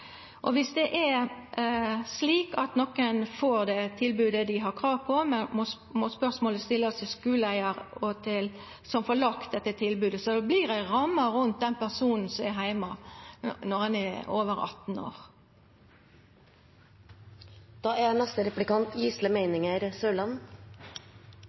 Viss det er slik at nokon ikkje får det tilbodet dei har krav på, må spørsmålet stillast til skuleeigar, så ein får laga dette tilbodet, slik at det vert ei ramme rundt den personen over 18 år som er heime . Som representanten nok er klar over,